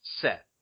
set